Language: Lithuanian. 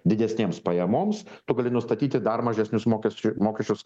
didesnėms pajamoms tu gali nustatyti dar mažesnius mokesči mokesčius